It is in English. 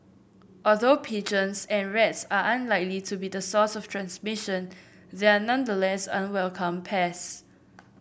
although pigeons and rats are unlikely to be the source of transmission they are nonetheless unwelcome pests